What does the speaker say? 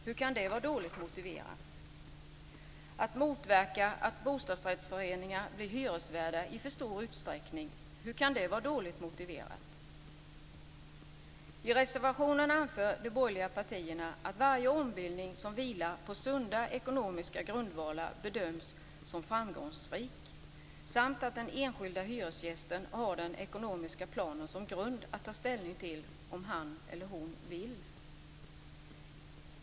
Hur kan det vara dåligt motiverat att motverka att bostadsrättsföreningar i för stor utsträckning blir hyresvärdar? I reservationen anför de borgerliga partierna att varje ombildning som vilar på sunda ekonomiska grundvalar bedöms som framgångsrik samt att den enskilde hyresgästen har den ekonomiska planen som grund att ta ställning till om han eller hon vill.